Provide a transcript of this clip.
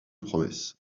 promesses